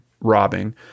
robbing